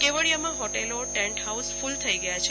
કેવડીયામાં હોટલો tent house full થઈ ગયા હતા